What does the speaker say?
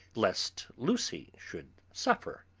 lest lucy should suffer,